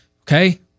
Okay